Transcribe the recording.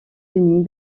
unis